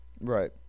Right